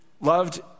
loved